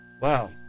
Wow